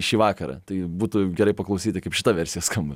šį vakarą tai būtų gerai paklausyti kaip šita versija skamba